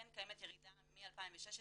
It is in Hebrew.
כן קיימת ירידה מ-2016.